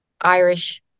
Irish